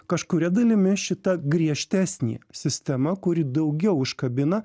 kažkuria dalimi šita griežtesnė sistema kuri daugiau užkabina